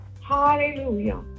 Hallelujah